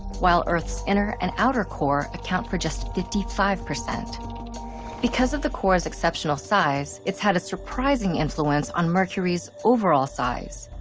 while earth's inner and outer core account for just fifty five. because of the core's exceptional size, it's had a surprising influence on mercury's overall size,